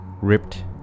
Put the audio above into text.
ripped